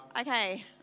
Okay